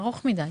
ארוך מדי.